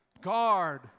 Guard